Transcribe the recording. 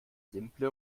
simple